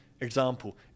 example